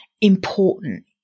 important